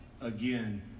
again